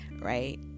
right